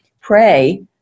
pray